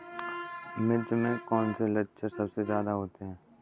मिर्च में कौन से लक्षण सबसे ज्यादा होते हैं?